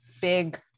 big